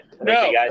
No